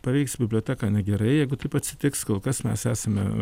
paveiks biblioteką negerai jeigu taip atsitiks kol kas mes esame